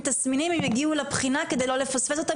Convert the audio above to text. תסמינים הם יגיעו לבחינה כדי לא לפספס אותה,